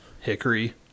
hickory